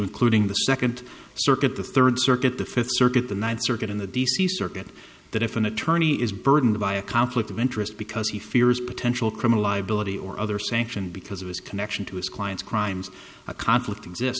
including the second circuit the third circuit the fifth circuit the ninth circuit in the d c circuit that if an attorney is burdened by a conflict of interest because he fears potential criminal liability or other sanction because of his connection to his client's crimes a conflict exist